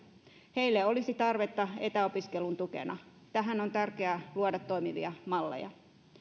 heille olisi tarvetta etäopiskelun tukena tähän on tärkeää luoda toimivia malleja